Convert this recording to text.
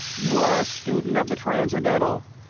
you are a student of the transcendental.